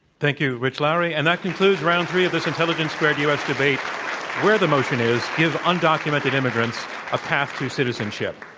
thank you, rich lowry. and that concludes round three of this intelligence squared u. s. debate where the motion is give undocumented immigrants a path to citizenship.